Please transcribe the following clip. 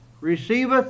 receiveth